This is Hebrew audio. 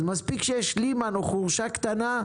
אז מספיק שיש לימן או חורשה קטנה,